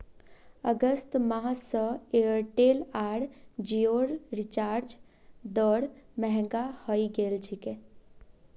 अगस्त माह स एयरटेल आर जिओर रिचार्ज दर महंगा हइ गेल छेक